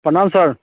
प्रणाम सर